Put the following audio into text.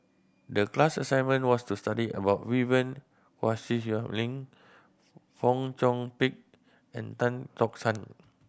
the class assignment was to study about Vivien Quahe Seah Lin Fong Chong Pik and Tan Tock San